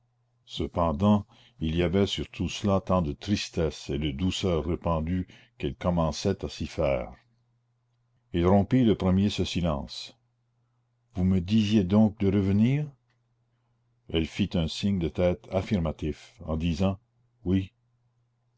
cependant il y avait sur tout cela tant de tristesse et de douceur répandues qu'elle commençait à s'y faire il rompit le premier ce silence vous me disiez donc de revenir elle fit un signe de tête affirmatif en disant oui